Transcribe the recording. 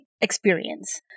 experience